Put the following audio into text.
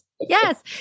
Yes